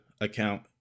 account